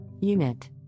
unit